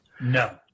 No